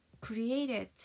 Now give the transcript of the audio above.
created